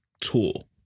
tool